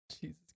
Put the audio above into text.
Jesus